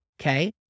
Okay